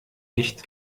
nicht